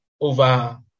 over